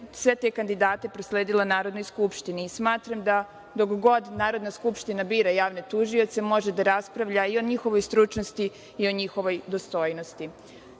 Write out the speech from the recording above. sve te kandidate prosledila Narodnoj skupštini. Smatram da dok god Narodna skupština bira javne tužioce može da raspravlja i o njihovoj stručnosti i njihovoj dostojnosti. Kada